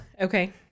Okay